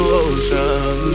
ocean